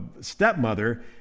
stepmother